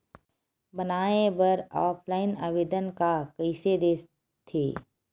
बनाये बर ऑफलाइन आवेदन का कइसे दे थे?